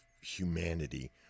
humanity